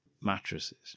mattresses